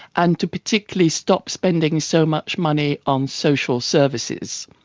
and to particularly stop spending so much money on social services.